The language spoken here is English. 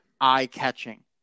eye-catching